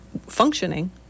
functioning